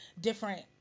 different